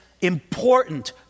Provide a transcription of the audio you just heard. important